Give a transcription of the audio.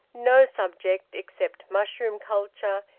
no subject, except mushroom-culture,